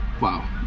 Wow